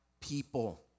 people